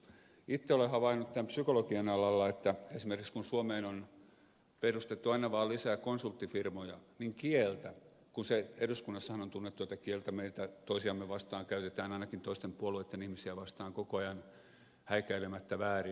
itse olen havainnut tämän psykologian alalla että esimerkiksi kun suomeen on perustettu aina vaan lisää konsulttifirmoja niin kieltä eduskunnassahan se on tunnettua toisiamme vastaan käytämme ainakin toisten puolueitten ihmisiä vastaan koko ajan häikäilemättä väärin